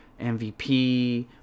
MVP